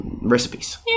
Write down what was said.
recipes